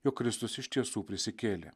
jog kristus iš tiesų prisikėlė